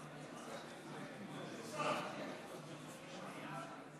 עד עשר דקות,